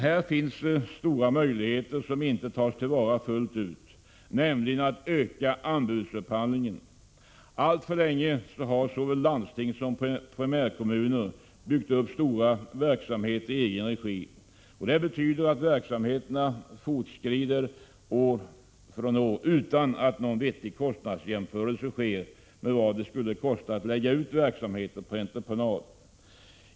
Här finns dock stora möjligheter som inte tas till vara fullt ut, nämligen att öka anbudsupphandlingen. Alltför länge har såväl landstingssom primärkommuner byggt upp stora verksamheter i egen regi. Det betyder att verksamheterna fortskrider år efter år, utan att någon vettig kostnadsjämförelse sker med vad det skulle kosta att lägga ut verksamheten på entreprenad.